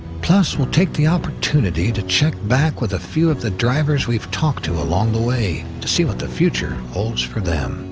plus, we'll take the opportunity to check back with a few of the drivers we've talked to along the way, to see what the future holds for them.